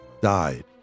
died